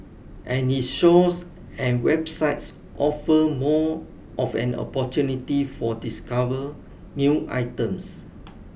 and its stores and website offer more of an opportunity for discover new items